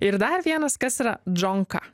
ir dar vienas kas yra džonka